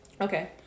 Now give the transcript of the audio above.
Okay